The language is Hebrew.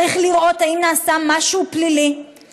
צריך לראות אם נעשה משהו פלילי,